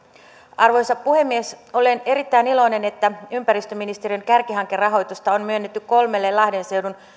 arvoisa puhemies olen erittäin iloinen että ympäristöministeriön kärkihankerahoitusta on myönnetty kolmelle lahden seudun